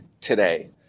today